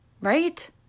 right